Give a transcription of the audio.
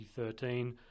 2013